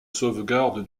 sauvegarde